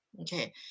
Okay